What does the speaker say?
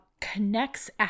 connects